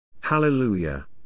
Hallelujah